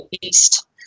east